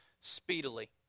speedily